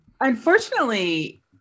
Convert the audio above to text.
unfortunately